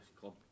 club